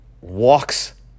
walks